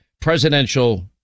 presidential